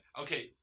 Okay